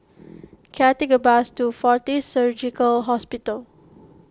can I take a bus to fortis Surgical Hospital